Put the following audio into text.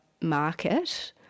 market